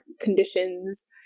conditions